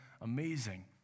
amazing